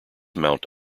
mount